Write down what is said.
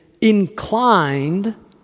inclined